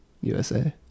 USA